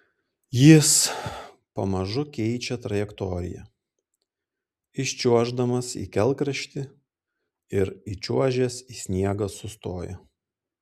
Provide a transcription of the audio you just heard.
jis pamažu keičia trajektoriją iščiuoždamas į kelkraštį ir įčiuožęs į sniegą sustoja